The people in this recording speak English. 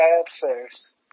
upstairs